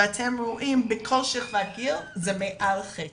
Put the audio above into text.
ואתם רואים בכל שכבת גיל שזה מעל חצי.